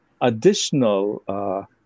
additional